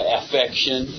affection